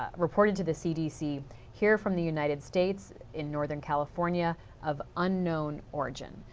ah reported to the cdc here from the united states in northern california of unknown origin.